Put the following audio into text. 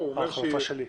החלופה שלי.